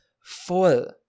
full